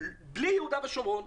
בלי יהודה ושומרון.